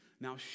Now